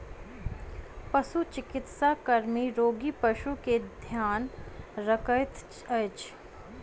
पशुचिकित्सा कर्मी रोगी पशु के ध्यान रखैत अछि